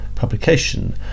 publication